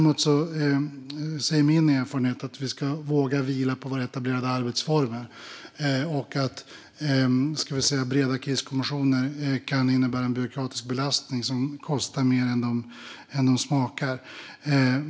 Min erfarenhet säger dock att vi ska våga vila på våra etablerade arbetsformer och att breda kriskommissioner kan innebära en byråkratisk belastning som kostar mer än den smakar.